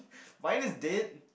vine is dead